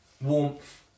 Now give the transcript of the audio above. warmth